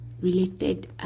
related